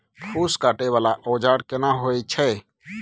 फूस काटय वाला औजार केना होय छै?